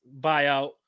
buyout